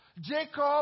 Jacob